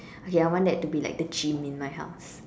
okay I want that to be like the gym in my house